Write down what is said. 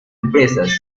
empresas